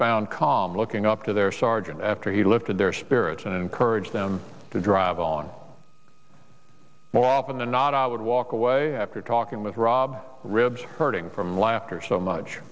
found calm looking up to their sergeant after he lifted their spirits and encourage them to drive on more often than not i would walk away after talking with rob ribs hurting from laughter so much